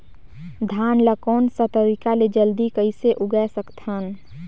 धान ला कोन सा तरीका ले जल्दी कइसे उगाय सकथन?